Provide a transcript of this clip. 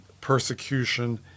persecution